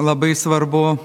labai svarbu